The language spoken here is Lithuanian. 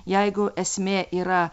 jeigu esmė yra